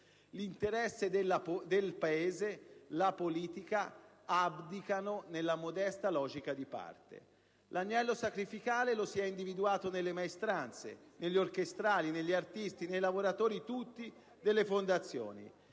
L'interesse del Paese e la politica abdicano nella modesta logica di parte. L'agnello sacrificale lo si è individuato nelle maestranze, negli orchestrali, negli artisti, nei lavoratori tutti delle fondazioni.